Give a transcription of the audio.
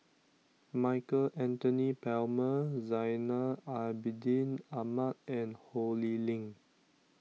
Michael Anthony Palmer Zainal Abidin Ahmad and Ho Lee Ling